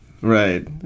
Right